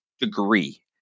degree